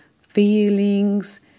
feelings